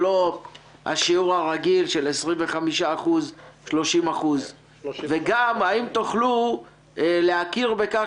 זה לא השיעור הרגיל של 30%. וגם האם תוכלו להכיר בכך